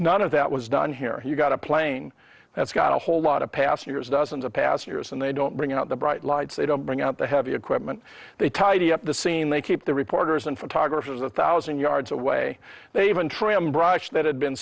none of that was done here you've got a plane that's got a whole lot of passengers dozens of passengers and they don't bring out the bright lights they don't bring out the heavy equipment they tidy up the scene they keep the reporters and photographers a thousand yards away they even trim brush that had been